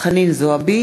חנין זועבי,